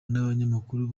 n’abanyamakuru